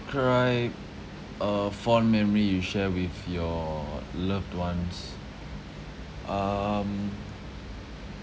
~cribe a fond memory you share with your loved ones um